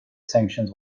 sanctions